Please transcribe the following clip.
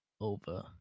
over